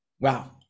wow